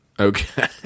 Okay